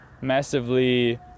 massively